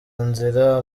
nzira